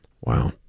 Wow